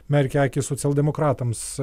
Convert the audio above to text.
merkia akį socialdemokratams